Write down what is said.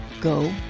go